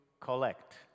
Collect